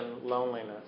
loneliness